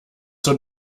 zur